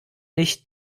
nicht